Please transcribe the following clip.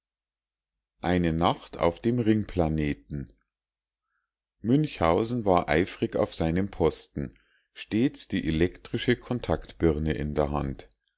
eine nacht auf dem ringplaneten münchhausen war eifrig auf seinem posten stets die elektrische kontaktbirne in der hand